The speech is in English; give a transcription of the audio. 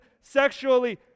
sexually